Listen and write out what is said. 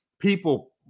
people